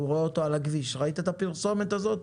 והוא ראה אותו על הכביש ראית את הפרסומת הזאת?